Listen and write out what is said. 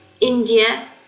India